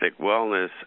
wellness